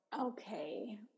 Okay